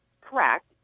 correct